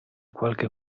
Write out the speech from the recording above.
qualche